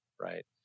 right